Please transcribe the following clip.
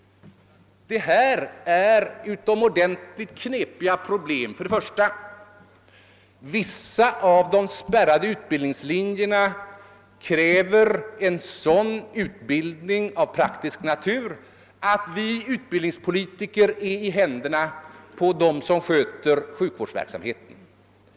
Det gäller utomordentligt knepiga problem. Först och främst inrymmer vissa av de spärrade utbildningslinjerna moment av praktisk natur, som medför att vi utbildningspolitiker är i händerna på dem som handhar den praktiska verksamheten.